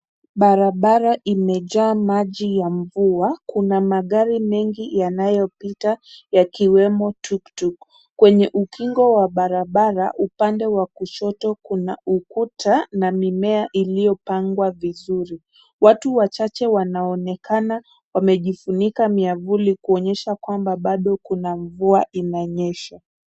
Barabara imejaa maji ya mvua. Kuna magari mengi yanayopita yakiwemo tuktuk. Kwenye ukingo wa barabara upande wa kushoto kuna ukuta na mimea iliyopangwa vizuri. Watu wachache wanaonekana wamejifunika miamvuli kuonyesha kwamba bado kuna mvua inanyesha.